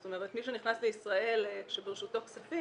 זאת אומרת מי שנכנס לישראל כשברשותו כספים,